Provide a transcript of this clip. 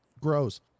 grows